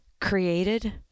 created